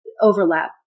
overlap